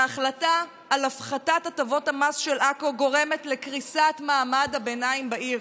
וההחלטה על הפחתת הטבות המס של עכו גורמת לקריסת מעמד הביניים בעיר.